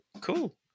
Cool